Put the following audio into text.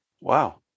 Wow